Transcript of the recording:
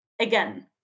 again